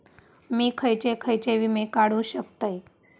मी खयचे खयचे विमे काढू शकतय?